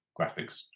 graphics